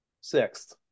Sixth